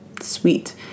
Sweet